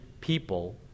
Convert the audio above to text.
people